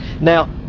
Now